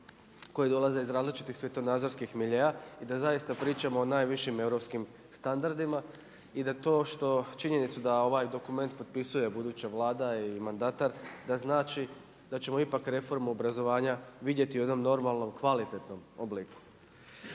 koji dolaze iz različitih svjetonazorskih miljea i da zaista pričamo o najvišim europskim standardima i da to što činjenicu da ovaj dokument potpisuje buduća Vlada i mandatar da znači da ćemo ipak reformu obrazovanja vidjeti u jednom normalnom kvalitetnom obliku.